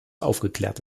aufgeklärt